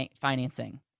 financing